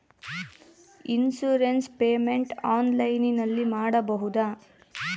Insurance payment ಆನ್ಲೈನಿನಲ್ಲಿ ಮಾಡಬಹುದಾ?